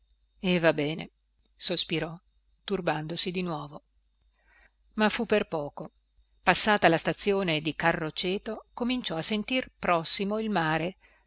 e va bene sospirò turbandosi di nuovo ma fu per poco passata la stazione di carroceto cominciò a sentir prossimo il mare